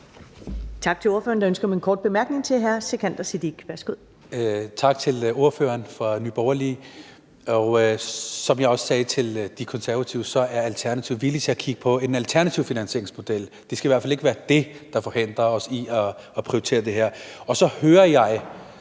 Tak til ordføreren.